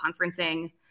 conferencing